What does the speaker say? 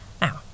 Now